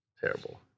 Terrible